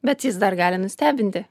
bet jis dar gali nustebinti